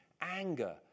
anger